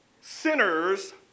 sinners